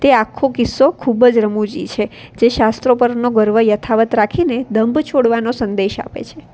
તે આખો કિસ્સો ખૂબ જ રમૂજી છે જે શાસ્ત્રો પરનો ગર્વ યથાવત રાખીને દંભ છોડવાનો સંદેશ આપે છે